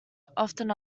often